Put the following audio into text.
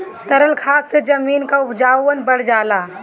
तरल खाद से जमीन क उपजाऊपन बढ़ जाला